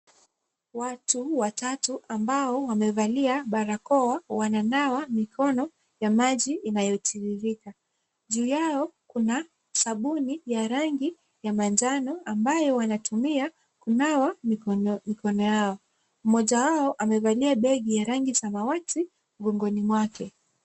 Watu watatu ambao wamevalia barakoa wananawa mikono na maji inayotiririka. Juu yao kuna sabuni ya rangi ya manjano ambayo wanatumia kunawa mikono yao. Mmoja wao begi ya rangi samawati mgongoni mwake.